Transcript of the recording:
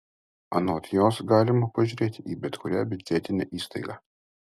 anot jos galima pažiūrėti į bet kurią biudžetinę įstaigą